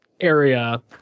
area